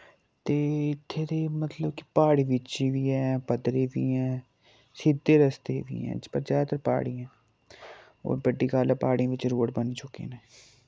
ते इत्थें ते मतलव कि प्हाड़े विच वी ऐं पद्दरे वी ऐं सिद्दे रस्ते वी ऐं पर जैदातर प्हाड़ियां ऐं और बड्डी गल्ल ऐ प्हाड़ियें विच रोड़ बन चुके नै